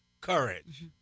Courage